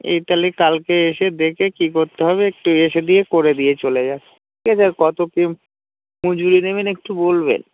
এ থালে কালকে এসে দেখে কি করতে হবে একটু এসে দিয়ে করে দিয়ে চলে যান ঠিক আছে আর কত কি মজুরি নেবেন একটু বলবেন